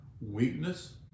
weakness